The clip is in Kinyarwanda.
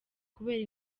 kubera